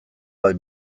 bat